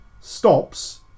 stops